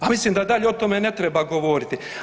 A mislim da dalje o tome ne treba govoriti.